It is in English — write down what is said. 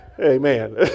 Amen